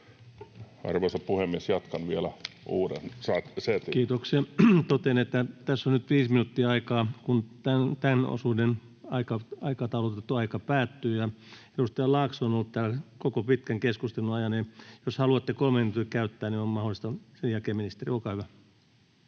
Arvoisa puhemies, jatkan vielä uuden setin. Kiitoksia. — Totean, että tässä on nyt viisi minuuttia aikaa, kunnes tämän osuuden aikataulutettu aika päättyy. Edustaja Laakso on ollut täällä koko pitkän keskustelun ajan, ja jos haluatte kommentin käyttää, niin on mahdollista. Sen jälkeen ministeri. — Olkaa hyvä.